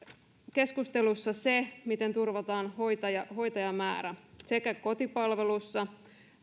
keskustelussa se miten turvataan hoitajamäärä sekä kotipalvelussa